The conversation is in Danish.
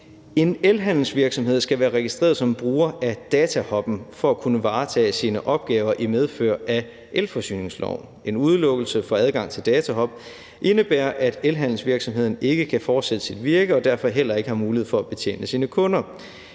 en elhandelsvirksomhed skal være registreret som bruger af DataHub for at kunne varetage sine opgaver i medfør af elforsyningsloven. En udelukkelse fra adgangen til DataHub indebærer, at elhandelsvirksomheden ikke kan fortsætte sit virke og derfor heller ikke har mulighed for at betjene sine kunder.